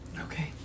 Okay